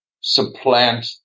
supplant